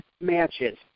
matches